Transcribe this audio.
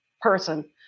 person